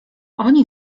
oni